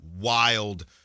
wild